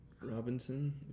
Robinson